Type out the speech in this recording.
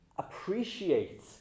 appreciate